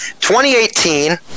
2018